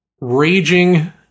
raging